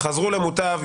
חזרו למוטב,